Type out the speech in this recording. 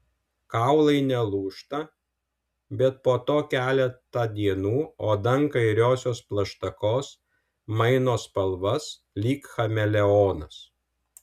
kaulai nelūžta bet po to keletą dienų oda ant kairiosios plaštakos maino spalvas lyg chameleonas